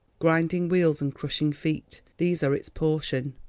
grinding wheels and crushing feet these are its portion.